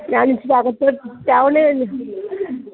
ഞാൻ ഇച്ചിരി അകത്തോട്ട്